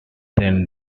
then